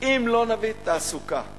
אם לא נביא תעסוקה לשם,